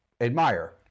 admire